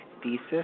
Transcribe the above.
Thesis